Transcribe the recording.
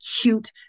cute